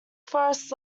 forest